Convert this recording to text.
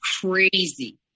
crazy